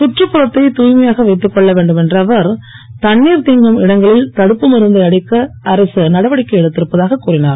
சுற்றுப்புறத்தை தூய்மையாக வைத்துக் கொள்ள வேண்டும் என்ற அவர் தண்ணீர் தேங்கும் இடங்கள் இவைகளில் தடுப்பு மருந்தை அடிக்க அரசு நடவடிக்கை எடுத்திருப்பதாகக் கூறினார்